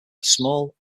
small